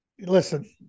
Listen